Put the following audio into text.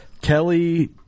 Kelly